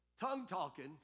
tongue-talking